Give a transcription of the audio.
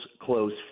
close